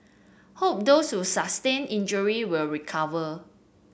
hope those who sustained injury will recover